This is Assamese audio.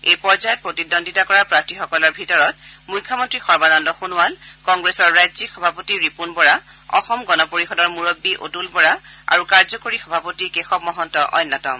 এই পৰ্যায়ত প্ৰতিদ্বন্দ্বিতা কৰা প্ৰাৰ্থীসকলৰ ভিতৰত মুখ্যমন্ত্ৰী সৰ্বানন্দ সোণোৱাল কংগ্ৰেছৰ ৰাজ্যিক সভাপতি ৰিপুণ বৰা অসম গণ পৰিষদৰ মূৰববী অতূল বৰা আৰু কাৰ্যকৰী সভাপতি কেশৱ মহন্ত অন্যতম